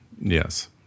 Yes